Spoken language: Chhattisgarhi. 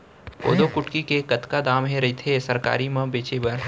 कोदो कुटकी के कतका दाम ह रइथे सरकारी म बेचे बर?